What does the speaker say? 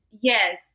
Yes